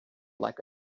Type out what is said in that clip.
like